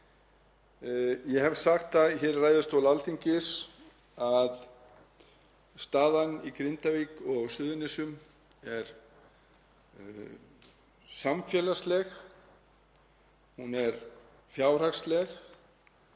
Ég hef sagt það hér í ræðustóli Alþingis að staðan í Grindavík og á Suðurnesjum er samfélagsleg, hún er fjárhagsleg,